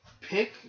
pick